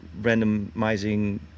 randomizing